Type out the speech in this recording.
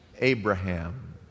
Abraham